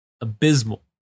Abysmal